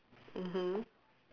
mmhmm